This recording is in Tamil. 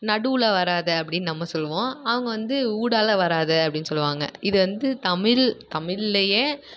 நடுவில் வராதே அப்படினு நம்ம சொல்வோம் அவங்க வந்து ஊடாலே வராதே அப்படினு சொல்வாங்க இது வந்து தமிழ் தமிழ்லயே